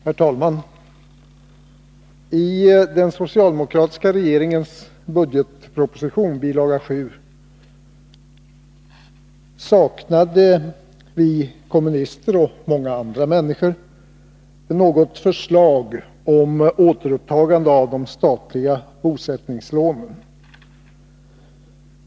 Herr talman! I den socialdemokratiska regeringens budgetproposition, bilaga 7, saknade vi kommunister och många andra människor något förslag om återupptagande av de statliga bosättningslånen.